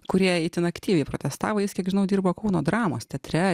kurie itin aktyviai protestavo jis kiek žinau dirbo kauno dramos teatre